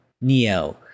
Neo